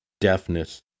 deafness